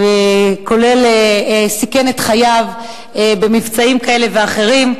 כולל סיכן את חייו במבצעים כאלה ואחרים,